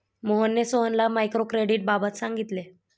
मोहनने सोहनला मायक्रो क्रेडिटबाबत सांगितले